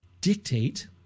dictate